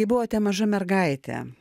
kai buvote maža mergaitė